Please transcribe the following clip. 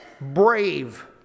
brave